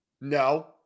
No